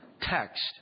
text